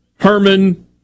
Herman